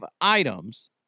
items